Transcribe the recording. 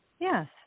Yes